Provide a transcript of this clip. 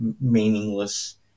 meaningless